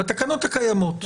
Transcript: בתקנות הקיימות.